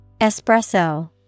Espresso